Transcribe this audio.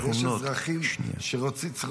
אבל יש אזרחים שצורכים,